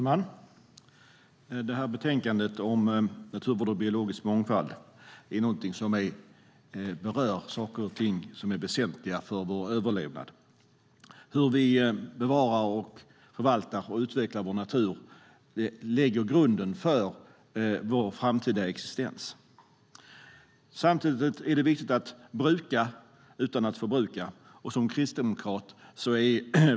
Fru talman! Betänkandet Naturvård och biologisk mångfald berör saker och ting som är väsentliga för vår överlevnad: hur vi bevarar, förvaltar och utvecklar vår natur. Det lägger grunden för vår framtida existens. Samtidigt är det viktigt att bruka utan att förbruka.